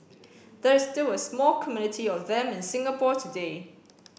there is still a small community of them in Singapore today